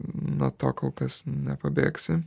nuo to kol kas nepabėgsi